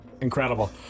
incredible